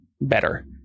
better